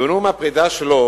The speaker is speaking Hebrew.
בנאום הפרידה שלו